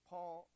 Paul